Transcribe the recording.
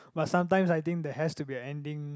but sometime I think there has to be a ending